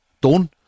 done